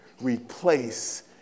replace